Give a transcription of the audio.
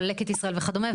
כל לקט ישראל וכדומה,